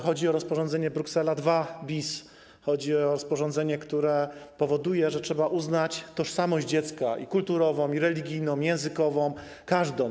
Chodzi o rozporządzenie Bruksela II bis, chodzi o rozporządzenie, które powoduje, że trzeba uznać tożsamość dziecka i kulturową, i religijną, i językową - każdą.